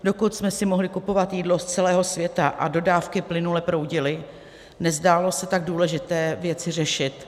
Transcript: Dokud jsme si mohli kupovat jídlo z celého světa a dodávky plynule proudily, nezdálo se tak důležité věci řešit.